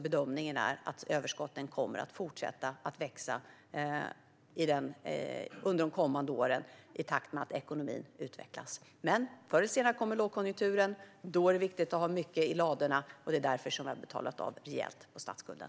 Bedömningen är att överskotten kommer att fortsätta att växa under de kommande åren i takt med att ekonomin utvecklas. Men förr eller senare kommer lågkonjunkturen. Då är det viktigt att ha mycket i ladorna. Det är därför som vi har betalat av rejält på statsskulden.